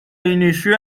inició